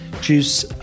juice